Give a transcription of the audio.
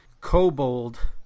Kobold